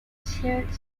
shared